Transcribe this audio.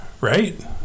right